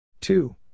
two